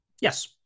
Yes